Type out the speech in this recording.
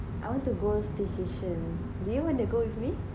I want to go staycation do you want to go with me